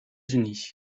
unis